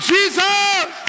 Jesus